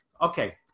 Okay